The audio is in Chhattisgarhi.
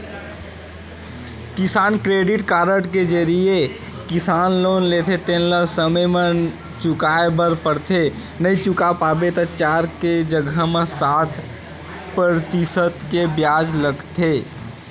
किसान क्रेडिट कारड के जरिए किसान लोन लेथे तेन ल समे म चुकाए बर परथे नइ चुका पाबे त चार के जघा म सात परतिसत के बियाज लगथे